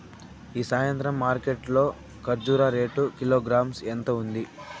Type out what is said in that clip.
ఈ సాయంత్రం మార్కెట్ లో కర్బూజ రేటు కిలోగ్రామ్స్ ఎంత ఉంది?